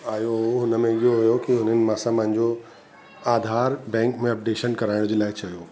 आहियो हुओ हुन में इहो हुओ की असां मुंहिंजो आधारु बैंक में अपडेशन कराइण लाइ चयो